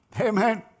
Amen